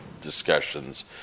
discussions